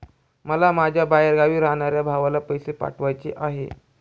मला माझ्या बाहेरगावी राहणाऱ्या भावाला पैसे पाठवायचे आहे